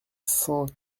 cent